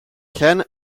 ken